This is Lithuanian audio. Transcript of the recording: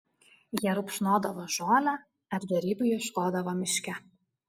jie rupšnodavo žolę ar gėrybių ieškodavo miške